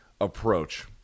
approach